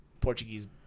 Portuguese